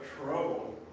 trouble